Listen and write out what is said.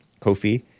Kofi